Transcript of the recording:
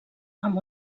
amb